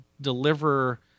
deliver